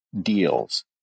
deals